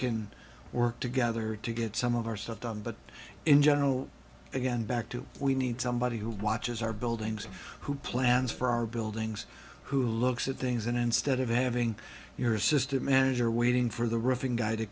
can work together to get some of our stuff done but in general again back to we need somebody who watches our buildings who plans for our buildings who looks at things and instead of having your assistant manager waiting for the roofing guy to